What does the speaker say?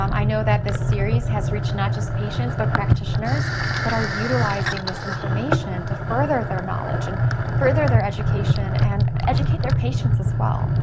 um i know that this series has reached not just patients, but practitioners that are utilizing this information to further their knowledge, and further their education, and educate their patients as well,